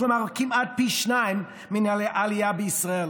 כלומר כמעט פי שניים מהעלייה בישראל,